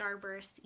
starburst